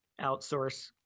outsource